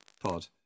pod